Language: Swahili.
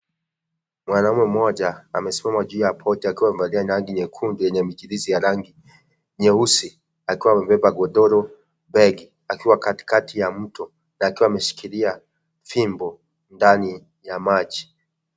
Mwanaume mmoja amesimama juu ya boti akiwa amevalia rangi nyekundu yenye michirizi ya rangi nyeusi akiwa amebeba godoro pegi akiwa kati aya mto na akiwa ameshikilia fimbo ndani ya maji.